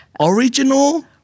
Original